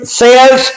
says